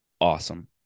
awesome